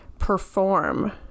perform